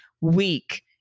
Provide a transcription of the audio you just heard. week